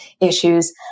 issues